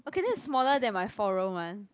okay that's smaller than my four room one